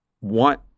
want